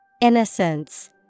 Innocence